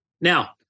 Now